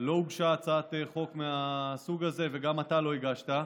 לא הוגשה הצעת חוק מהסוג הזה, וגם אתה לא הגשת.